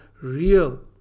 real